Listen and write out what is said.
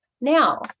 Now